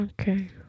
Okay